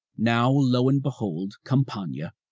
now low and behold campania,